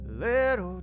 little